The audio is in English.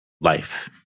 life